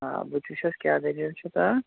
آ بہٕ تہِ وُچھَس کیٛاہ دٔلیٖل چھِ